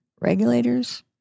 regulators